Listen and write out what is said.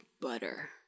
butter